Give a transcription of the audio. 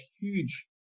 huge